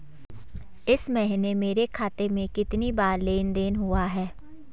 इस महीने मेरे खाते में कितनी बार लेन लेन देन हुआ है?